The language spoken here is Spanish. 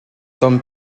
tom